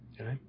okay